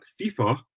FIFA